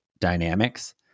dynamics